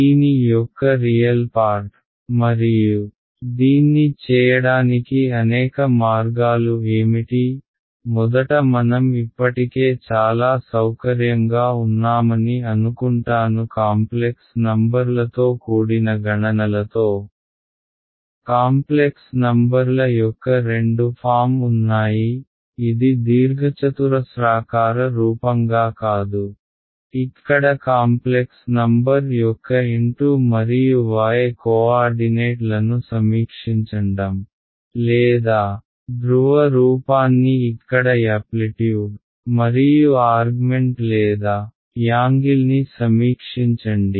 దీని యొక్క real part మరియు దీన్ని చేయడానికి అనేక మార్గాలు ఏమిటి మొదట మనం ఇప్పటికే చాలా సౌకర్యంగా ఉన్నామని అనుకుంటాను కాంప్లెక్స్ నంబర్లతో కూడిన గణనలతో కాంప్లెక్స్ నంబర్ల యొక్క రెండు ఫామ్ ఉన్నాయి ఇది దీర్ఘచతురస్రాకార రూపం గా కాదు ఇక్కడ కాంప్లెక్స్ నంబర్ యొక్క x మరియు y కోఆర్డినేట్లను సమీక్షించండం లేదా ధ్రువ రూపాన్ని ఇక్కడ యాప్లిట్యూడ్ మరియు ఆర్గ్మెంట్ లేదా కోణా ని సమీక్షించండి